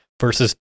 versus